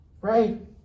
right